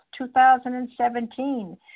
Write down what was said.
2017